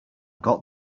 got